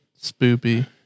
spoopy